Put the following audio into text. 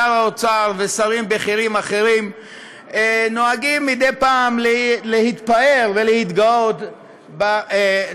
שר האוצר ושרים בכירים אחרים נוהגים מדי פעם להתפאר ולהתגאות בנתונים,